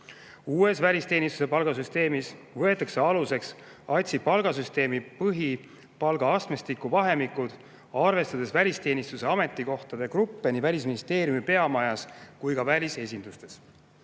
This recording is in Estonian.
Uues välisteenistuse palgasüsteemis võetakse aluseks ATS-i palgasüsteemi põhipalgaastmestiku vahemikud, arvestades välisteenistuse ametikohtade gruppe nii Välisministeeriumi peamajas kui ka välisesindustes.